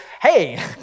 hey